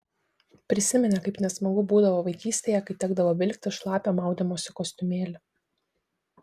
prisiminė kaip nesmagu būdavo vaikystėje kai tekdavo vilktis šlapią maudymosi kostiumėlį